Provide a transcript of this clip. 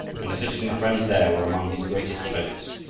and letters from the friends there were among his greatest pleasures.